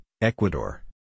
Ecuador